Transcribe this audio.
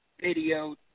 video